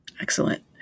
Excellent